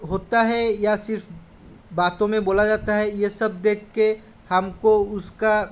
होता है या सिर्फ़ बातों में बोला जाता है ये सब देख कर हम को उसका